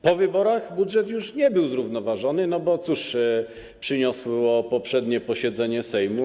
Po wyborach budżet już nie był zrównoważony, bo cóż przyniosło poprzednie posiedzenie Sejmu?